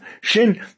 Shin